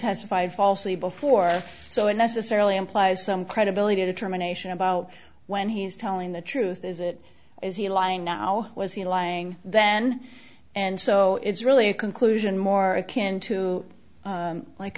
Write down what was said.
estified falsely before so it necessarily implies some credibility determination about when he's telling the truth is it is he lying now was he lying then and so it's really a conclusion more akin to like